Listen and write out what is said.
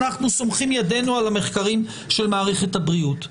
אנחנו סומכים ידינו על המחקרים של מערכת הבריאות.